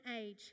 age